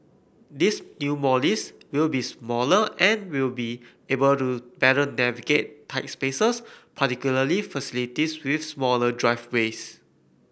these new Mollies will be smaller and will be able to better navigate tight spaces particularly facilities with smaller driveways